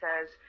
says